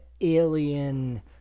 alien